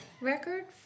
record